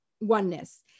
oneness